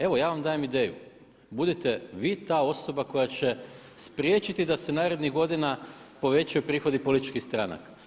Evo ja vam dajem ideju, budite vi ta osoba koja će spriječiti da se narednih godina povećaju prihodi političkih stranka.